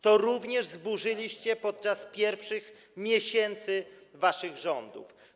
To również zburzyliście podczas pierwszych miesięcy waszych rządów.